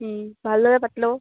ভালদৰে পাতি ল'ব